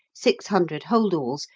six hundred holdalls,